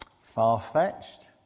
Far-fetched